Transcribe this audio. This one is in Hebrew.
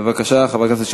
בבקשה.